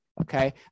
Okay